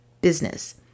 business